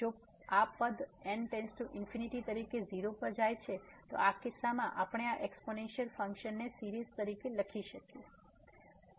તેથી જો આ પદ n→∞ તરીકે 0 પર જાય છે તો આ કિસ્સામાં આપણે આ એક્સ્પોનેનસીઅલ ફંક્શનને સીરીઝ તરીકે લખી શકીએ છીએ